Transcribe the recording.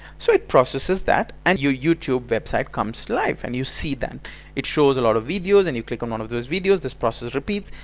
so it processes that and your youtube website come to life and you see that it shows a lot of videos and you click on one of those videos this process repeats.